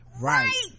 right